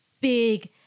big